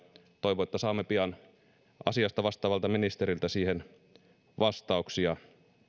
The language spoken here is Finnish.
toivon että saamme pian asiasta vastaavalta ministeriltä siihen vastauksia